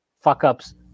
fuck-ups